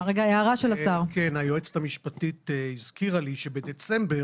היועצת המשפטית הזכירה לי שבדצמבר